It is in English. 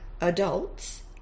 adults